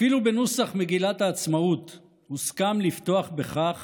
אפילו בנוסח מגילת העצמאות הוסכם לפתוח בכך